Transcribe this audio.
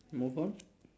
move on